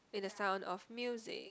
in the sound of music